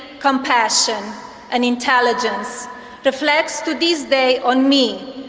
compassion and intelligence reflects to this day on me,